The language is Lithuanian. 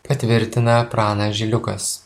patvirtina pranas žiliukas